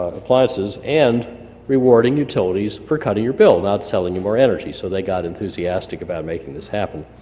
appliances, and rewarding utilities for cutting your bill not selling you more energy, so they got enthusiastic about making this happen,